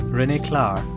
renee klahr,